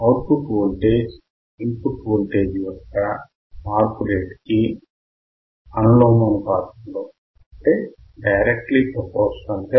out put voltage input voltage యొక్క మార్పు రేటు కి అనులోమానుపాతంలో మారుతూ ఉంటుంది